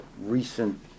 recent